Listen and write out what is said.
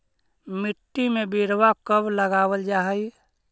मिट्टी में बिरवा कब लगावल जा हई?